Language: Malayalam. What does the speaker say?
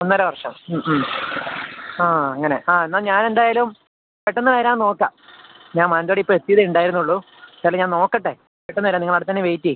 ഒന്നര വർഷം മ് മ് ആ അങ്ങനെ ആ എന്നാല് ഞാനെന്തായാലും പെട്ടെന്ന് വരാന് നോക്കാം ഞാന് മാനന്തവാടി ഇപ്പോള് എത്തിയതേയുണ്ടായിരുന്നുള്ളൂ എന്തായാലും ഞാന് നോക്കട്ടെ പെട്ടെന്ന് വരാം നിങ്ങള് അവിടെത്തന്നെ വെയ്റ്റ് ചെയ്യൂ